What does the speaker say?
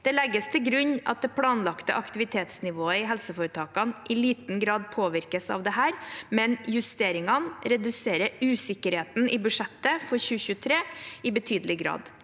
Det legges til grunn at det planlagte aktivitetsnivået i helseforetakene i liten grad påvirkes av dette, men justeringene reduserer usikkerheten i budsjettet for 2023 i betydelig grad.